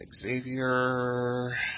Xavier